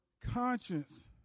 conscience